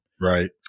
right